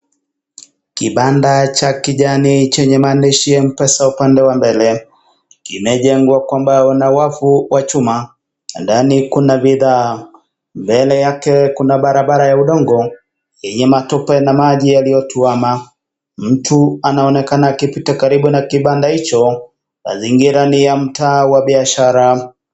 Kibanda cha kijani chenye maandishi ya mpesa upande wa mbele. Kimejengwa kwa mbao na wavu wa chuma na ndani kuna bidhaa. Mbele yake kuna barabara ya udongo yenye matope na maji yaliyotuama. Mtu anaonekana akipita karibu na kibanda hicho. Mazingira ni ya mtaa wa biashara.